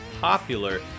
popular